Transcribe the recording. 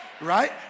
right